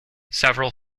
several